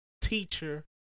teacher